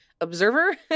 observer